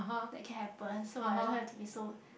that can happen so I don't have to be so